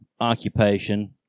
occupation